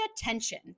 attention